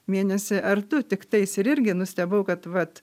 mėnesį ar tu tiktais ir irgi nustebau kad vat